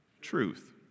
truth